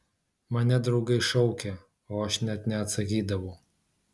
mane draugai šaukė o aš net neatsakydavau